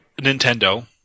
nintendo